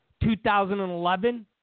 2011